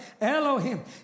Elohim